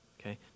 Okay